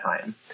time